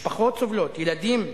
משפחות סובלות, ילדים.